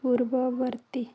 ପୂର୍ବବର୍ତ୍ତୀ